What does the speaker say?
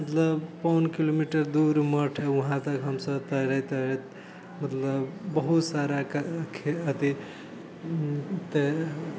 मतलब पौन किलोमीटर दूर मठ हइ वहाँ तक हमसभ तैरैत तैरैत मतलब बहुत साराके अथि तै